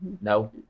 No